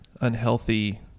unhealthy